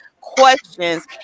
questions